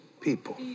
people